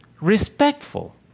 respectful